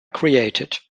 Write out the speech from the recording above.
created